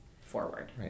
forward